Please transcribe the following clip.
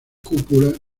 cúpula